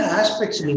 aspects